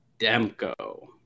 Demko